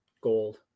gold